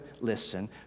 listen